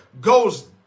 goes